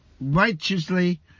righteously